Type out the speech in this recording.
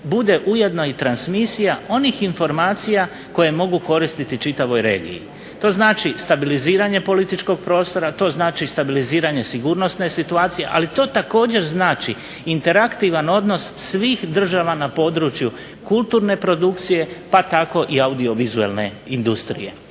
bude ujedno i transmisija onih informacija koje mogu koristiti čitavoj regiji. To znači stabiliziranje političkog prostora, to znači stabiliziranje sigurnosne situacija, ali to također znači interaktivan odnos svih država na području kulturne produkcije pa tako i audiovizualne industrije.